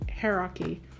hierarchy